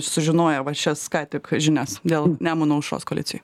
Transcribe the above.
sužinoję va šias ką tik žinias dėl nemuno aušros koalicijoj